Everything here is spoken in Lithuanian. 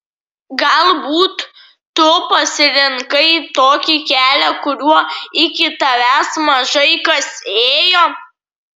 galbūt tu pasirinkai tokį kelią kuriuo iki tavęs mažai kas ėjo